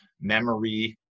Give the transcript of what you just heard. memory